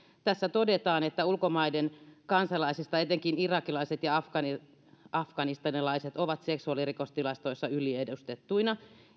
tässä todetaan että ulkomaiden kansalaisista etenkin irakilaiset ja afganistanilaiset afganistanilaiset ovat seksuaalirikostilastoissa yliedustettuina